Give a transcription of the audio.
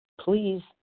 please